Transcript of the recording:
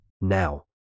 Now